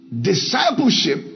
Discipleship